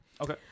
Okay